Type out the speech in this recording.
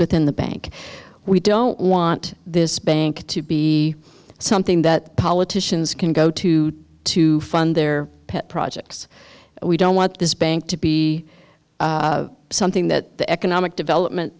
within the bank we don't want this bank to be something that politicians can go to to fund their pet projects we don't want this bank to be something that the economic development